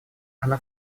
она